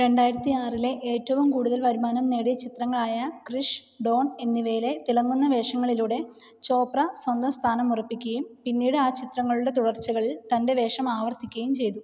രണ്ടായിരത്തി ആറിലെ ഏറ്റവും കൂടുതൽ വരുമാനം നേടിയ ചിത്രങ്ങളായ ക്രിഷ് ഡോൺ എന്നിവയിലെ തിളങ്ങുന്ന വേഷങ്ങളിലൂടെ ചോപ്ര സ്വന്തം സ്ഥാനം ഉറപ്പിക്കുകയും പിന്നീട് ആ ചിത്രങ്ങളുടെ തുടർച്ചകളിൽ തൻ്റെ വേഷം ആവർത്തിക്കുകയും ചെയ്തു